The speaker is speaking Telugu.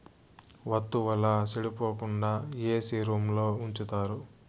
వత్తువుల సెడిపోకుండా ఏసీ రూంలో ఉంచుతారు